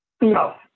No